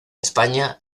españa